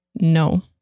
no